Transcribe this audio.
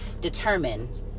determine